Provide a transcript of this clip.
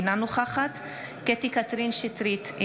אינה נוכחת קטי קטרין שטרית,